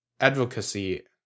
advocacy